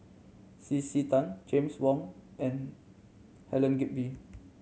C C Tan James Wong and Helen Gilbey